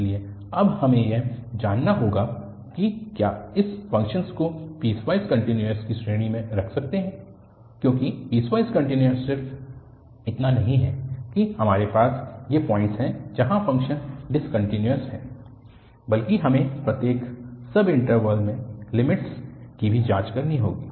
इसलिए अब हमें यह जाँचना होगा कि क्या हम इस फंक्शन को पीसवाइज कंटीन्यूअस की श्रेणी में रख सकते हैं क्योंकि पीसवाइज कंटीन्यूअस सिर्फ इतना नहीं है कि हमारे पास ये पॉइंट्स हैं जहाँ फंक्शन डिसकन्टिन्यूअस है बल्कि हमें प्रत्येक सब इंटरवल में लिमिट्स की भी जांच करनी होगी